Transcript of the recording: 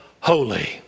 holy